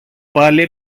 πάλι